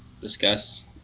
discuss